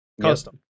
Custom